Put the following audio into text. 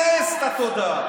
הצבעתם נגד אימוץ.